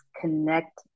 connect